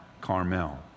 Carmel